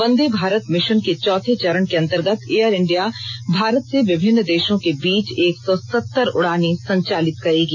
वंदे Bharat mission के चौथे चरण के अंतर्गत एयर इंडिया भारत से विभिन्न देशों के बीच एक सौ सत्तर उडानें संचालित करेगी